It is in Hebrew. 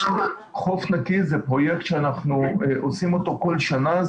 חוף נקי זה פרויקט שאנחנו עושים כל שנה,